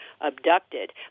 abducted